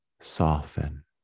Soften